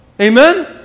amen